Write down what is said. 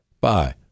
Bye